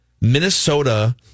Minnesota